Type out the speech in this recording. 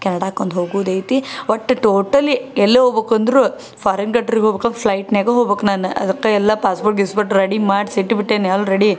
ಕೆನಡಾಕ್ಕೊಂದು ಹೋಗೋದೈತಿ ಒಟ್ಟು ಟೋಟಲಿ ಎಲ್ಲಿಯೇ ಹೋಗ್ಬೇಕಂದ್ರು ಫಾರಿನ್ ಕಂಟ್ರಿಗೆ ಹೋಗ್ಬೇಕನ್ನೋ ಫ್ಲೈಟಿನ್ಯಾಗ ಹೋಗ್ಬೇಕ್ ನಾನು ಅದಕ್ಕೆ ಎಲ್ಲ ಪಾಸ್ಪೋರ್ಟ್ ಗಿಸ್ಪೋರ್ಟ್ ರೆಡಿ ಮಾಡ್ಸಿ ಇಟ್ಟುಬಿಟ್ಟೇನಿ ಆಲ್ರೆಡಿ